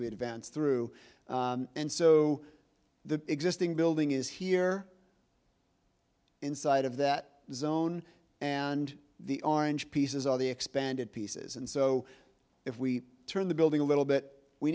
we advance through and so the existing building is here inside of that zone and the orange pieces are the expanded pieces and so if we turn the building a little bit we